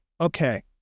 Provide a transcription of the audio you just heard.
okay